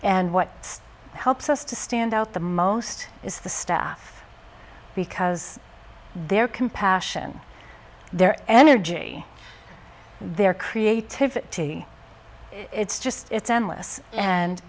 and what helps us to stand out the most is the staff because their compassion their energy their creativity it's just it's endless and